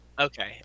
Okay